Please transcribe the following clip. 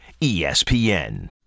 ESPN